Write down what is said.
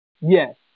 Yes